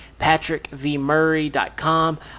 PatrickVMurray.com